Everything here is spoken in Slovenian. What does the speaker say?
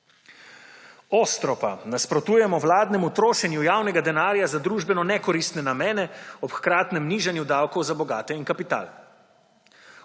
Ostro pa nasprotujemo vladnemu trošenju javnega denarja za družbeno nekoristne namene ob hkratnem nižanju davkov za bogate in kapital.